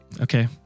Okay